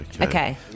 Okay